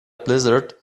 blizzard